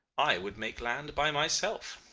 i would make land by myself.